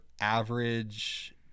average